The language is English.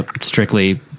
strictly